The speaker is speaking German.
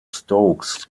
stokes